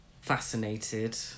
fascinated